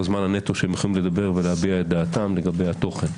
זמן הנטו שיכולים להביע דעתם לגבי התוכן.